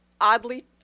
oddly